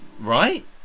Right